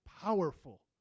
powerful